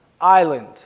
island